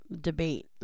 debate